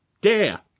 Dare